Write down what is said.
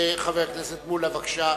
חבר הכנסת מולה, בבקשה.